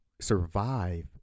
survive